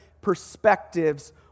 perspectives